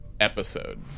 episode